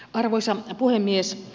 arvoisa puhemies